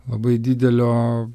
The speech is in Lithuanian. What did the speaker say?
labai didelio